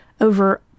over